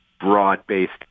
broad-based